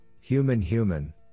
human-human